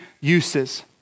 uses